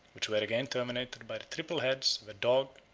which were again terminated by the triple heads of a dog,